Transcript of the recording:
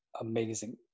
amazing